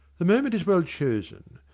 the moment is well chosen.